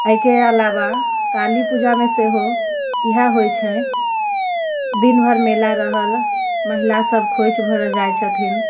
एहिके अलावा काली पूजामे सेहो इहे होइत छै दिन भर मेला रहल महिला सभ खोइँच भरऽ जाइत छथिन